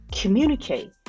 communicate